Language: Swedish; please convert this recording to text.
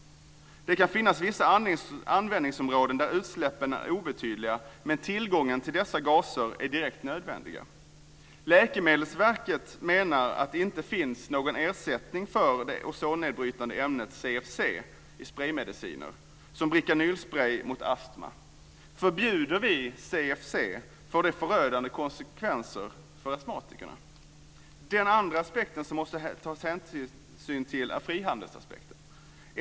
Det kan finnas vissa användningsområden där utsläppen är obetydliga men där tillgången till dessa gaser är direkt nödvändiga. Läkemedelsverket menar att det inte finns någon ersättning för det ozonnedbrytande ämnet CFC i sprejmediciner, som brikanylsprej mot astma. Förbjuder vi CFC får det förödande konsekvenser för astmatikerna. Den andra aspekten som måste tas hänsyn till är frihandelsaspekten.